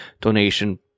donation